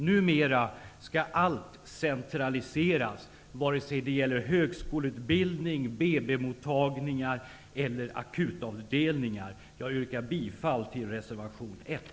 Numera skall allt centraliseras, vare sig det gäller högskoleutbildningar, BB-mottagningar eller akutavdelningar. Fru talman! Jag yrkar bifall till reservation 1.